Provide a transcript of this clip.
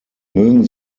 mögen